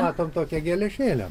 matom tokią geležėlę